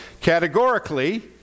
categorically